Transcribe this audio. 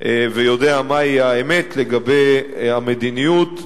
ויודע מהי האמת לגבי המדיניות,